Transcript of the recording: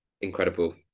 incredible